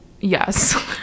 yes